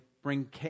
bring